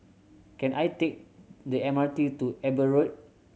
can I take the M R T to Eber Road